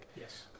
Yes